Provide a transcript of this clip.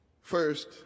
First